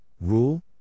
Rule